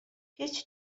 هیچ